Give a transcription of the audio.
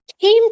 came